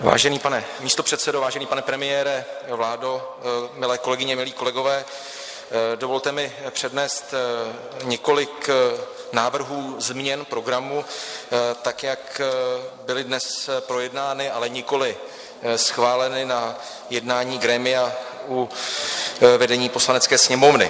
Vážený pane místopředsedo, vážený pane premiére, vládo, milé kolegyně, milí kolegové, dovolte mi přednést několik návrhů změn programu, tak jak byly dnes projednány, ale nikoliv schváleny na jednání grémia u vedení Poslanecké sněmovny.